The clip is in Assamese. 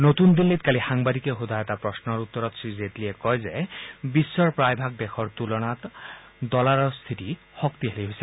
নতুন দিল্লীত কালি সাংবাদিকে সোধা এটা প্ৰশ্নৰ উত্তৰত শ্ৰীজেটলীয়ে কয় যে বিশ্বৰ প্ৰায়ভাগ দেশৰ মুদ্ৰাৰ তুলনাত ডলাৰৰ স্থিতি শক্তিশালী হৈছে